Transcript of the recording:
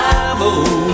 Bible